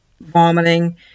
vomiting